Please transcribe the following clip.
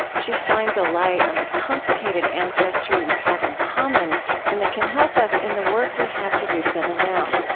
she shines a light on the complicated ancestry we have in common and that can help us in the work we have to do together now.